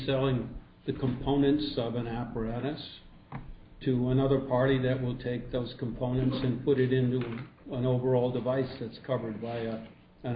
selling the components of an apparatus to another party that will take those components and put it into an overall device that's covered by